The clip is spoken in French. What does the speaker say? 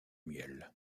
miel